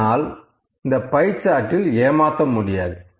ஆனால் இந்த பை சார்ட்டில் ஏமாத்த முடியாது